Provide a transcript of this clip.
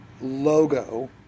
logo